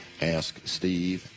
Asksteve